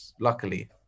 Luckily